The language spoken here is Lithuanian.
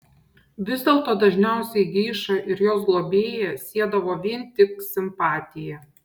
vis dėlto dažniausiai geišą ir jos globėją siedavo vien tik simpatija